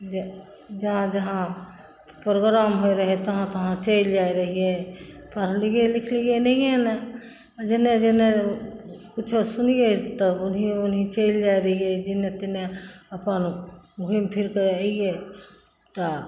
जे जहाँ जहाँ प्रोग्राम होइ रहय तहाँ तहाँ चलि जाइ रहियै पढ़लियै लिखलियै नहिये ने जेने जेने कुछो सुनियै तब ओनही ओनही चलि जाइ रहियै जेने तेने अपन घुम फिर कऽ अइयइ तऽ